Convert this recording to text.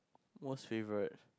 most favourite